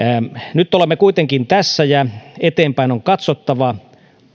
nyt olemme kuitenkin tässä ja eteenpäin on katsottava